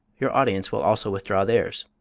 your audience will also withdraw theirs.